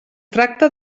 tracta